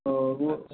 اور وہ